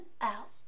out